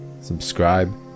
subscribe